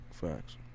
Facts